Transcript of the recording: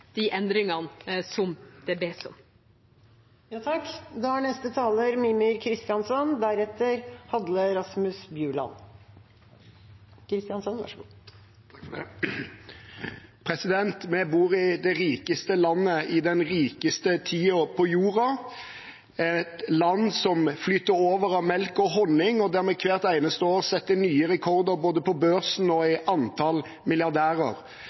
de endringene som det bes om. Vi bor i det rikeste landet i den rikeste tiden på jorda – et land som flyter over av melk og honning, og der vi hvert eneste år setter nye rekorder både på børsen og i antall milliardærer.